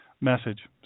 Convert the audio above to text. message